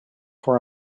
for